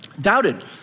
doubted